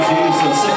Jesus